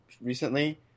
recently